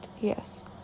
yes